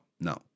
No